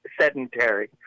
sedentary